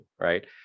right